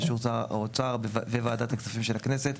באישור שר האוצר וועדת הכספים של הכנסת,